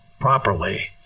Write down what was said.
properly